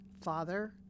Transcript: Father